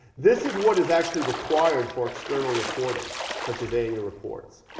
this is what is actually required for external reporting such as annual reports.